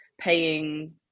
paying